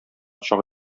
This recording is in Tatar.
чак